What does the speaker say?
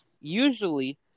Usually